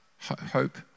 hope